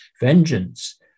Vengeance